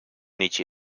nietje